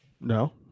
No